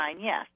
yes